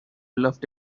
loved